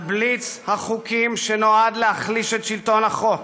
על בליץ החוקים שנועד להחליש את שלטון החוק,